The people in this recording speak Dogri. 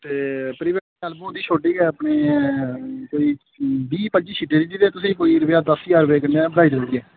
ते प्री वेडिंग दी एल्बम होंदी छोटी गै अपनी कोई बी पंजी शीटें च तुसें गी दस ज्हार रपेऽ कन्नै बनाई देई उड़गे